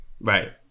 Right